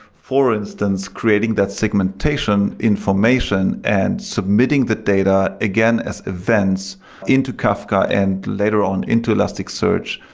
for instance, creating that segmentation information and submitting the data again as events into kafka and later on into elasticsearch,